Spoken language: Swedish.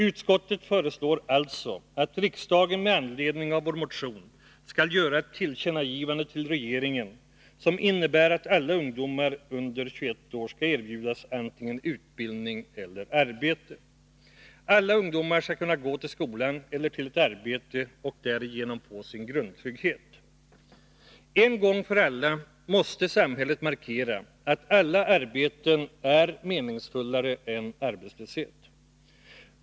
Utskottet föreslår alltså att riksdagen med anledning av vår motion skall göra ett tillkännagivande till regeringen som innebär att alla ungdomar under 21 år skall erbjudas antingen utbildning eller arbete. Alla ungdomar skall kunna gå till skolan eller till ett arbete och därigenom få sin grundtrygghet. En gång för alla måste samhället markera att alla arbeten är meningsfullare än arbetslöshet.